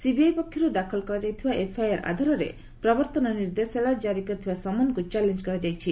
CBI ପକ୍ଷରୁ ଦାଖଲ କରାଯାଇଥିବା ଏଫ୍ଆଇଆର୍ ଆଧାରରେ ପ୍ରବର୍ତ୍ତନ ନିର୍ଦ୍ଦେଶାଳୟ ଜାରି କରିଥିବା ସମନକୁ ଚାଲେଞ୍ଜ କରାଯାଇଛି